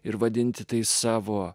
ir vadinti tai savo